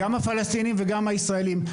גם הפלסטינים וגם הישראלים.